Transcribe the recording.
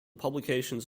publications